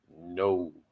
No